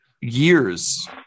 years